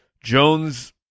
Jones